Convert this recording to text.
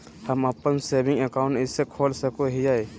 हम अप्पन saving account कइसे खोल सको हियै?